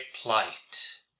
plight